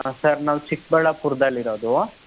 ಹಾಂ ಸರ್ ನಾವು ಚಿಕ್ಕಬಳ್ಳಾಪುರ್ದಲ್ಲಿ ಇರೋದು